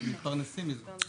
הם גם מתפרנסים מזה.